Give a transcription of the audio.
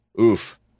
oof